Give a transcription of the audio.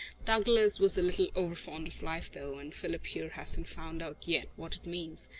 douglas was a little overfond of life, though, and philip here hasn't found out yet what it means.